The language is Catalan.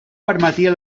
permetia